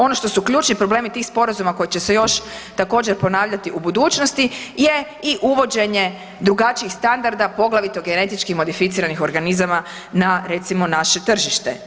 Ono što su ključni problemi tih sporazuma koji će se još također ponavljati u budućnosti je i uvođenje drugačijih standarda, poglavito genetički modificiranih organizama na recimo naše tržište.